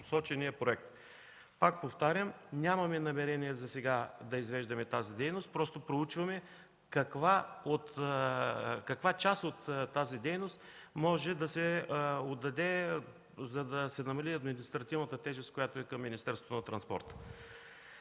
Повтарям, нямаме намерение засега да извеждаме тази дейност, просто проучваме каква част от нея може да се отдаде, за да се намали административната тежест, която е към Министерството на транспорта.